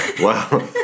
Wow